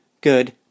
good